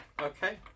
Okay